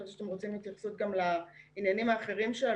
חשבתי שאתם רוצים התייחסות גם לעניינים האחרים שעלו.